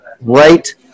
right